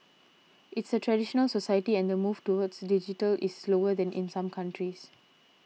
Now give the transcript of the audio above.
it's a traditional society and the move toward digital is slower than in some countries